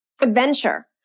adventure